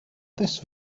this